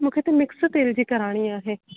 मूंखे त मिक्स तेल जी कराइणी आहे